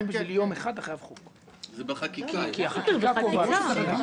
גם בשביל יום אחד אתה חייב חוק כי החקיקה קובעת את הסגירה.